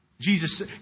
Jesus